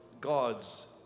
gods